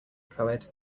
coed